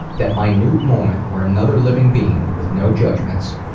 that minute moment when another living being, with no judgments,